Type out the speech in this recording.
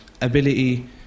ability